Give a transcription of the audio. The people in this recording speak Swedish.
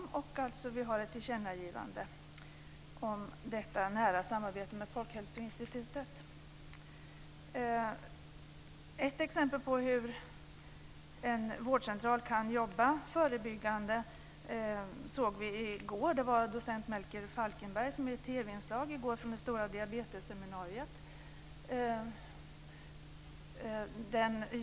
Uskottet föreslår alltså ett tillkännagivande om ett nära samarbete med Folkhälsoinstitutet. Vi såg i går i ett TV-inslag från det stora diabetesseminariet ett exempel på hur en vårdcentral kan jobba förebyggande.